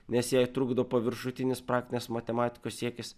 nes jai trukdo paviršutinis praktinės matematikos siekis